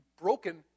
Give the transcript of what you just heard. broken